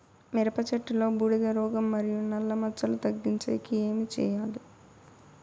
మిరప చెట్టులో బూడిద రోగం మరియు నల్ల మచ్చలు తగ్గించేకి ఏమి చేయాలి?